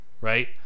right